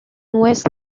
west